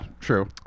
true